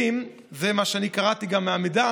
זה מה שאני קראתי מהמידע,